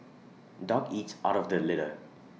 dog eats out of the litter